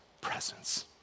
presence